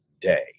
day